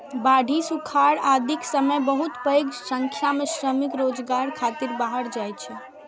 बाढ़ि, सुखाड़ आदिक समय बहुत पैघ संख्या मे श्रमिक रोजगार खातिर बाहर जाइ छै